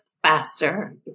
faster